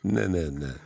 ne ne ne